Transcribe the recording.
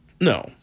No